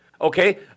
Okay